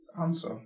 answer